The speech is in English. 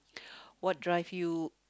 what drive you